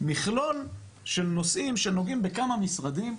מכלול של נושאים שנוגעים בכמה משרדים.